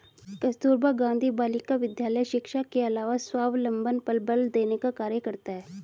कस्तूरबा गाँधी बालिका विद्यालय शिक्षा के अलावा स्वावलम्बन पर बल देने का कार्य करता है